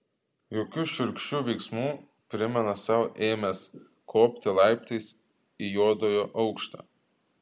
jokių šiurkščių veiksmų primena sau ėmęs kopti laiptais į juodojo aukštą